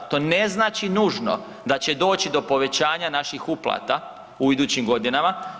To ne znači nužno da će doći do povećanja naših uplata u idućim godinama.